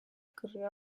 corrió